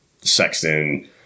Sexton